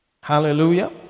Hallelujah